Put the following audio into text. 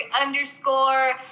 underscore